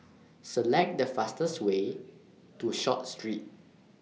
Select The fastest Way to Short Street